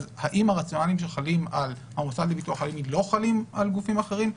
האם הרציונלים שחלים על המוסד לביטוח לאומי לא חלים על גופים אחרים?